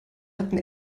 hatten